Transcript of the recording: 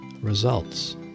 results